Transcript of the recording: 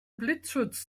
blitzschutz